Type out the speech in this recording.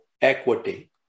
equity